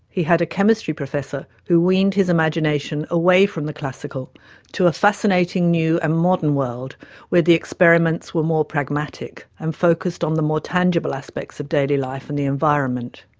he had a chemistry professor who weaned his imagination away from the classical to a fascinating new and modern world where the experiments were more pragmatic and focused on the more tangible aspects of daily life and the environment.